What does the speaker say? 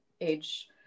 age